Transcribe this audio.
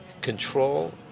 control